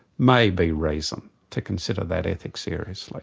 may be reason to consider that ethic series. like